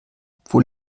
obwohl